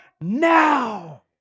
now